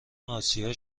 اسیا